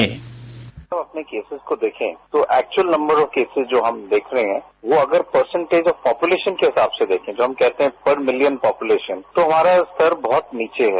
bite हम अपने cases को देखे तो एक्चुअल नंबर ऑफ केसेज जो हम देखरहे है वो अगर परसेन्टेज ऑफ पोपुलेशन के हिसाब से देखे जोहम कहते है पर मिलियन पोपुलेशन तोहमारा स्तर बहुत नीचे है